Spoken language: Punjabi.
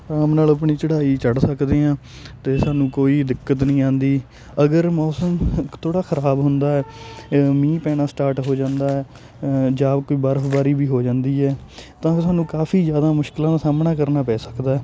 ਅਰਾਮ ਨਾਲ ਆਪਣੀ ਚੜ੍ਹਾਈ ਚੜ੍ਹ ਸਕਦੇ ਹਾਂ ਅਤੇ ਸਾਨੂੰ ਕੋਈ ਦਿੱਕਤ ਨਹੀਂ ਆਉਂਦੀ ਅਗਰ ਮੌਸਮ ਥੋੜ੍ਹਾ ਖ਼ਰਾਬ ਹੁੰਦਾ ਹੈ ਮੀਂਹ ਪੈਣਾ ਸਟਾਟ ਹੋ ਜਾਂਦਾ ਹੈ ਜਾਂ ਕੋਈ ਬਰਫਬਾਰੀ ਵੀ ਹੋ ਜਾਂਦੀ ਹੈ ਤਾਂ ਸਾਨੂੰ ਕਾਫ਼ੀ ਜਿਆਦਾ ਮਸ਼ਕਲਾਂ ਦਾ ਸਾਮ੍ਹਣਾ ਕਰਨਾ ਪੈ ਸਕਦਾ ਹੈ